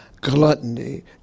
Gluttony